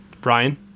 Brian